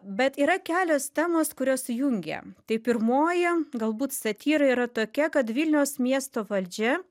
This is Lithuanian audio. bet yra kelios temos kurios jungia tai pirmoji galbūt satyra yra tokia kad vilniaus miesto valdžia